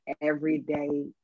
everyday